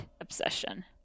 obsession